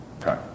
Okay